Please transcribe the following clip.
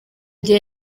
gihe